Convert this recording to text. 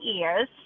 ears